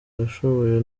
yashoboye